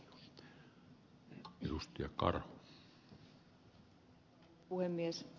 arvoisa puhemies